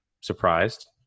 surprised